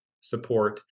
support